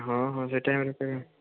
ହଁ ହଁ ସେ ଟାଇମ୍ରେ କହିବି